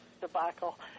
debacle